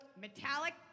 metallic